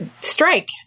strike